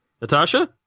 Natasha